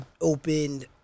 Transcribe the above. opened